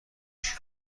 اشک